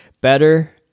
better